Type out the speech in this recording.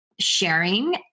sharing